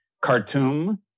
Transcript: Khartoum